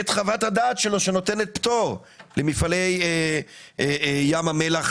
חוות הדעת שלו שנותן פטור למפעלי ים המלח,